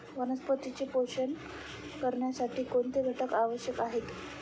वनस्पतींचे पोषण करण्यासाठी कोणते घटक आवश्यक आहेत?